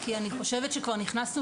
כי אני חושבת שכבר נכנסנו